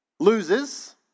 Loses